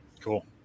Cool